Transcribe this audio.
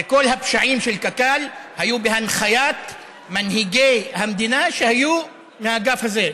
וכל הפשעים של קק"ל היו בהנחיית מנהיגי המדינה שהיו מהאגף הזה,